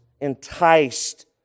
enticed